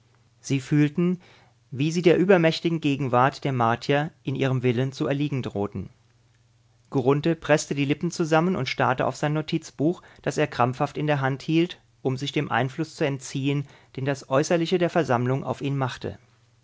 sie fühlten wie sie der übermächtigen gegenwart der martier in ihrem willen zu erliegen drohten grunthe preßte die lippen zusammen und starrte auf sein notizbuch das er krampfhaft in der hand hielt um sich dem einfluß zu entziehen den das äußerliche der versammlung auf ihn machte